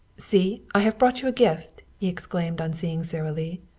see, i have brought you a gift! he exclaimed on seeing sara lee.